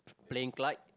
playing kite